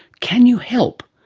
can you help?